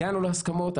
הגענו להסכמות,